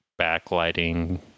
backlighting